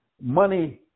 money